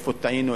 איפה טעינו,